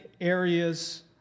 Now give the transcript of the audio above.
areas